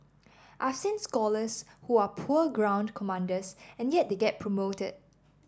I've seen scholars who are poor ground commanders and yet they get promoted